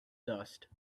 dust